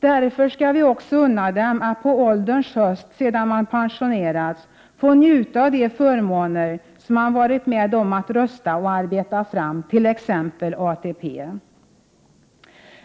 Därför skall vi också unna dem att på ålderns höst sedan de pensionerats få njuta av de förmåner som de har varit med om att rösta om och arbeta fram, t.ex. ATP.